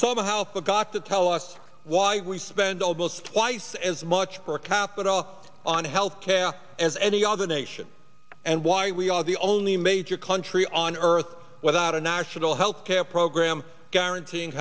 somehow forgot to tell us why we spend almost twice as much per capita on health care as any other nation and why we are the only major country on earth without a national health care program guaranteeing